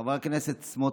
חבר הכנסת סמוטריץ',